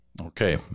Okay